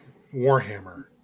Warhammer